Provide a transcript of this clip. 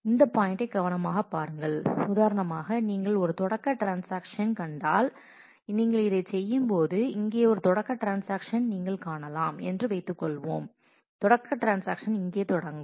இந்த பாயின்ட்டை கவனமாக பாருங்கள் உதாரணமாக நீங்கள் ஒரு தொடக்க ட்ரான்ஸாக்ஷன் கண்டால் நீங்கள் இதைச் செய்யும்போது இங்கே ஒரு தொடக்க ட்ரான்ஸாக்ஷன் நீங்கள் காணலாம் என்று வைத்துக்கொள்வோம் தொடக்க ட்ரான்ஸாக்ஷன் இங்கே தொடங்கும்